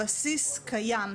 הבסיס קיים,